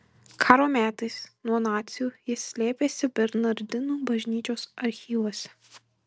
karo metais nuo nacių jis slėpėsi bernardinų bažnyčios archyvuose